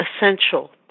essential